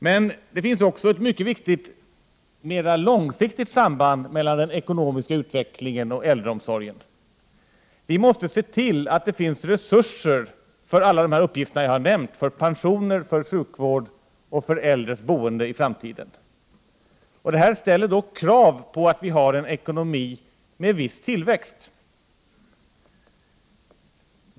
Men det finns också ett mycket viktigt långsiktigt samband mellan den ekonomiska utvecklingen och äldreomsorgen. Vi måste se till att det finns resurser för alla de uppgifter som jag har nämnt, dvs. för pensioner, sjukvård och äldres boende i framtiden. Detta ställer krav på att vi har en ekonomi med en viss tillväxt.